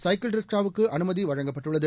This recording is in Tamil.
சைக்கிள் ரிக்ஷாவுக்கு அனுமதி வழங்கப்பட்டுள்ளது